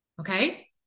okay